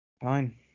Fine